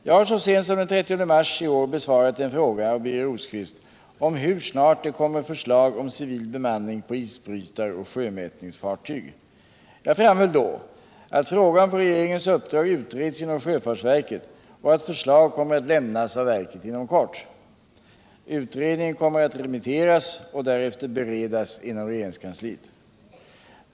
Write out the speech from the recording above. Jag har så sent som den 30 mars i år besvarat en fråga av Birger Rosqvist om hur snart det kommer förslag om civil bemanning på isbrytaroch sjömätningsfartyg. Jag framhöll då att frågan på regeringens uppdrag utreds inom sjöfartsverket och att förslag kommer att lämnas av verket inom kort. Utredningen kommer att remitteras och därefter beredas inom regeringskansliet.